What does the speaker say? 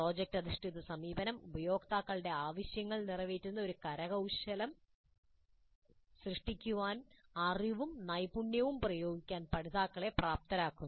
project അധിഷ്ഠിത സമീപനം ഉപയോക്താക്കളുടെ ആവശ്യങ്ങൾ നിറവേറ്റുന്ന ഒരു കരകൌ ശലം സൃഷ്ടിക്കാൻ അറിവും നൈപുണ്യവും പ്രയോഗിക്കാൻ പഠിതാക്കളെ പ്രാപ്തരാക്കുന്നു